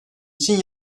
için